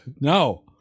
No